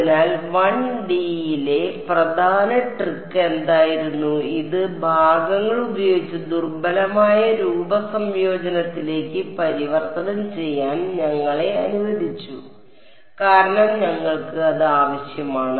അതിനാൽ 1D യിലെ പ്രധാന ട്രിക്ക് എന്തായിരുന്നു ഇത് ഭാഗങ്ങൾ ഉപയോഗിച്ച് ദുർബലമായ രൂപ സംയോജനത്തിലേക്ക് പരിവർത്തനം ചെയ്യാൻ ഞങ്ങളെ അനുവദിച്ചു കാരണം ഞങ്ങൾക്ക് അത് ആവശ്യമാണ്